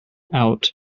out